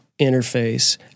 interface